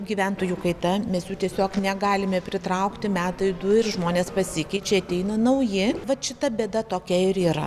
gyventojų kaita mes jų tiesiog negalime pritraukti metai du ir žmonės pasikeičia ateina nauji vat šita bėda tokia ir yra